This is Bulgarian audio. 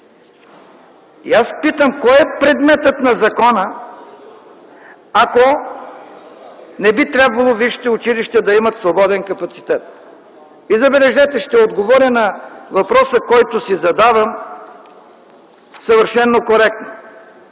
Аз питам: кой е предметът на закона, ако не би трябвало висшите училища да имат свободен капацитет? И, забележете, ще отговоря на въпроса, който си задавам съвършено коректно: